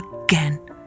again